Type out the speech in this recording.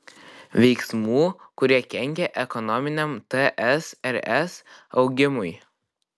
veiksmų kurie kenkia ekonominiam tsrs augimui